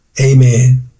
Amen